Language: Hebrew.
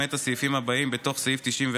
למעט הסעיפים הבאים בתוך סעיף 94